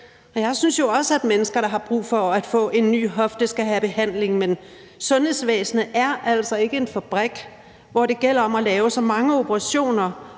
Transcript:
jeg synes jo også, at mennesker, der har brug for at få en ny hofte, skal have behandling, men sundhedsvæsenet er altså ikke en fabrik, hvor det gælder om at lave så mange operationer